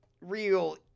real